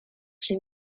see